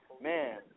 man